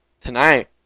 tonight